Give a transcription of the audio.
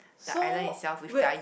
so where